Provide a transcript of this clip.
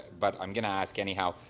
but i'm going to ask anyhow,